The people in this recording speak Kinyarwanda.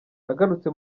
agarutse